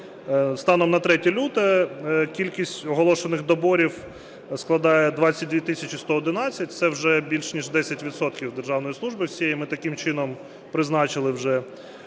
станом на 3 лютого кількість оголошених доборів складає 22 тисячі 111, це вже більш ніж 10 відсотків державної служби всієї ми таким чином призначили вже.